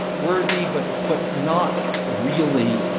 worthy but but not really,